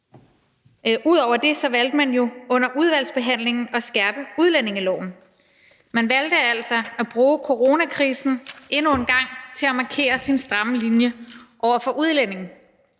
i øvrigt allerede er ulovligt – at skærpe udlændingeloven. Man valgte altså at bruge coronakrisen til endnu en gang at markere sin stramme linje over for udlændinge.